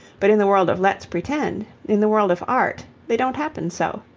but in the world of let's pretend in the world of art, they don't happen so.